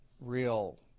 real